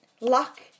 Luck